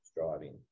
driving